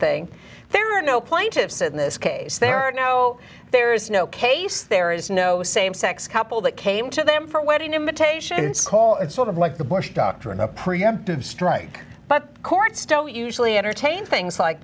thing there are no plaintiffs in this case there are no there is no case there is no same sex couple that came to them for a wedding invitation it's call it sort of like the bush doctrine of preemptive strike but courts don't usually entertain things like